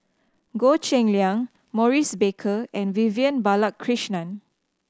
Goh Cheng Liang Maurice Baker and Vivian Balakrishnan